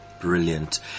Brilliant